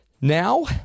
Now